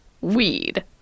weed